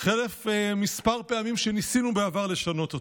חרף כמה פעמים שניסינו בעבר לשנות אותו.